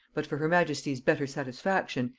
but for her majesty's better satisfaction,